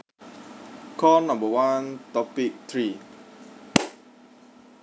call number one topic three